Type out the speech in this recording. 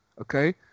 Okay